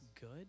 good